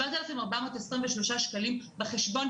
7,423 שקלים בחשבון,